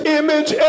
image